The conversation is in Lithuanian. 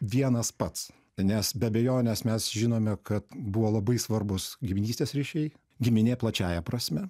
vienas pats nes be abejonės mes žinome kad buvo labai svarbūs giminystės ryšiai giminė plačiąja prasme